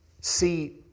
See